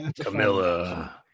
Camilla